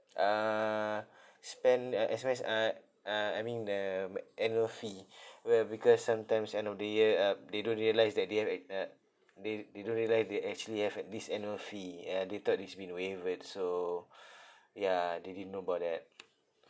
uh spend uh S_M_S uh uh I mean the ma~ annual fee where because sometimes I know they uh up they don't realise that they have an uh they they don't realise they actually have like this annual fee uh they thought it's been waivered so ya they didn't know about that